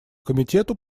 комитету